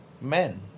men